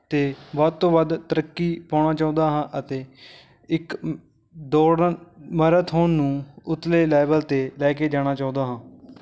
ਅਤੇ ਵੱਧ ਤੋਂ ਵੱਧ ਤਰੱਕੀ ਪਾਉਣਾ ਚਾਹੁੰਦਾ ਹਾਂ ਅਤੇ ਇੱਕ ਦੌੜਨ ਮੈਰਾਥੋਨ ਨੂੰ ਉੱਤਲੇ ਲੈਵਲ 'ਤੇ ਲੈ ਕੇ ਜਾਣਾ ਚਾਹੁੰਦਾ ਹਾਂ